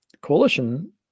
coalition